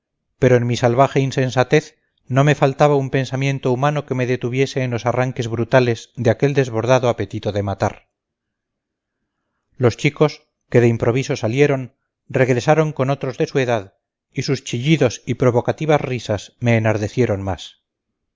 pero en mi salvaje insensatez no me faltaba un pensamiento humano que me detuviese en los arranques brutales de aquel desbordado apetito de matar los chicos que de improviso salieron regresaron con otros de su edad y sus chillidos y provocativas risas me enardecieron más